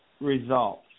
results